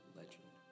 legend